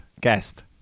guest